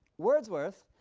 wordsworth,